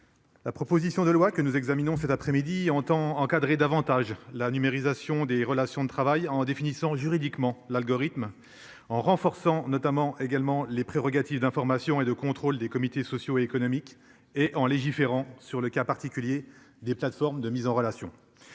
La proposition de loi que nous examinons cet après-midi entend encadrer davantage la numérisation des relations de travail en définissant juridiquement l'algorithme en renforçant notamment également les prérogatives d'information et de contrôle des comités sociaux économiques et en légiférant sur le cas particulier des plateformes de mise en relation.